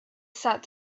sat